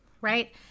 right